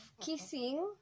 kissing